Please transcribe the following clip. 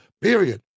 period